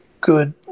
good